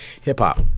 Hip-hop